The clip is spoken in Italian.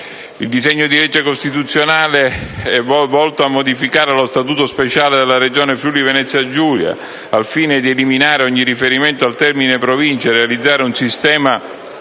Il disegno di legge costituzionale in esame è volto a modificare lo Statuto speciale della Regione Friuli-Venezia Giulia al fine di eliminare ogni riferimento al termine Provincia e realizzare un sistema